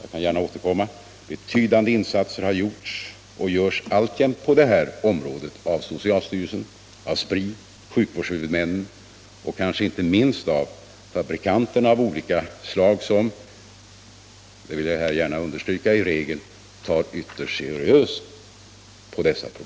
Betydande insatser har gjorts och görs alltjämt inom detta område av socialstyrelsen, Spri, sjukvårdshuvudmännen och kanske inte minst av fabrikanter som — det vill jag gärna understryka — i regel tar ytterst seriöst på dessa problem.